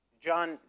John